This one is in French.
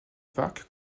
parc